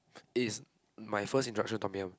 it's my first introduction to tom-yum